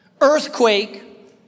earthquake